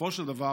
שבסופו של דבר